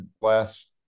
last